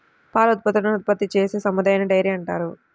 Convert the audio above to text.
పాల ఉత్పత్తులను ఉత్పత్తి చేసే సదుపాయాన్నిడైరీ అంటారు